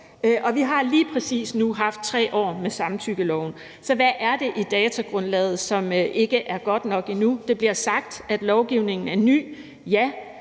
vi har lige præcis nu haft 3 år med samtykkeloven, så hvad er det i datagrundlaget, som ikke er godt nok endnu? Det bliver sagt, at lovgivningen er ny. Ja,